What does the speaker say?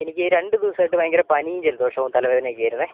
എനിക്ക് രണ്ട് ദിവസമായിട്ട് ഭയങ്കര പനിയും ജലദോഷവും തലവേദനയൊക്കെ ആയിരുന്നു